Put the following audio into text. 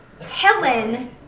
Helen